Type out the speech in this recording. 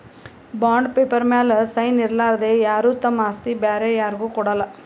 bond paper ಮ್ಯಾಲ್ sign ಇರಲಾರ್ದೆ ಯಾರು ತಮ್ ಆಸ್ತಿ ಬ್ಯಾರೆ ಯಾರ್ಗು ಕೊಡಲ್ಲ